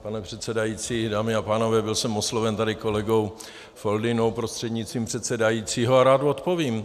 Pane předsedající, dámy a pánové, byl jsem osloven tady kolegou Foldynou prostřednictvím předsedajícího a rád odpovím.